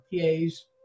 PAs